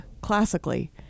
classically